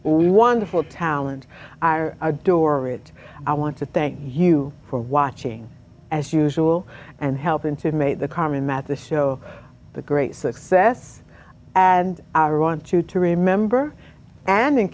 wonderful talent i adore it i want to thank you for watching as usual and helping to make the common math the show the great success and i want to to remember and in